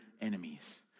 enemies